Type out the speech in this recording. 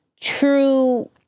true